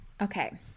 Okay